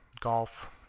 golf